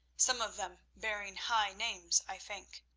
some of them bearing high names, i think.